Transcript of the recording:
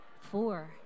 four